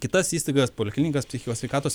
kitas įstaigas poliklinikas psichikos sveikatos